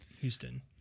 Houston